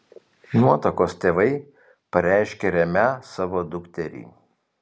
nuotakos tėvai pareiškė remią savo dukterį